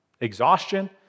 exhaustion